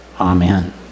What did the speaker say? Amen